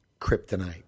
kryptonite